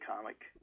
comic